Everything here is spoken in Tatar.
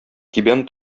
кибән